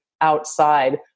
outside